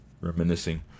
reminiscing